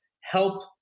help